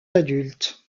adultes